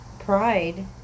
pride